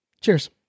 Cheers